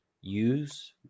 use